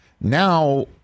Now